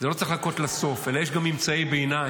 לא צריך לחכות לסוף, אלא יש גם ממצאי ביניים.